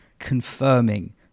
confirming